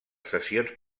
sessions